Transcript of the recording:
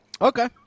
Okay